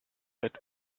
that